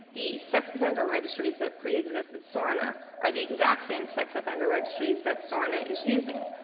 the sex offender registries that pre-existed sorna are the exact same sex offender registries that sorna is using.